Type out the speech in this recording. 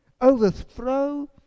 Overthrow